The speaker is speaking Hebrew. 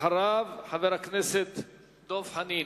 אחריו, חבר הכנסת דב חנין.